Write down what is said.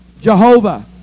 Jehovah